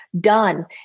done